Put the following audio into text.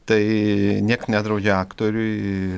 tai nieks nedraudžia aktoriui